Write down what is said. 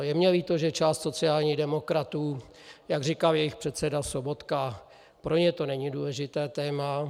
Je mně líto, že pro část sociálních demokratů, jak říkal jejich předseda Sobotka, to není důležité téma.